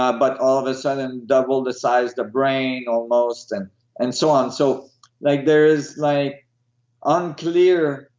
um but all of a sudden double the size the brain almost and and so on. so like there's like unclear.